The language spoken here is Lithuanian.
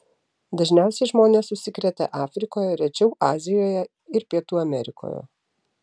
dažniausiai žmonės užsikrėtė afrikoje rečiau azijoje ir pietų amerikoje